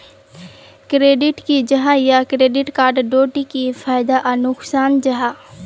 Credit की जाहा या क्रेडिट कार्ड डोट की फायदा आर नुकसान जाहा?